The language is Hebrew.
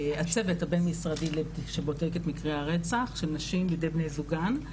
הצוות הבין-משרדי שבודק את מקרי הרצח של נשים על ידי בני זוגן.